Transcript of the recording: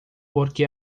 porque